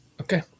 Okay